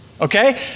Okay